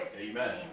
Amen